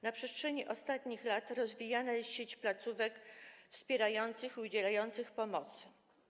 Na przestrzeni ostatnich lat rozwijana jest sieć placówek wspierających i udzielających pomocy.